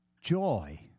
joy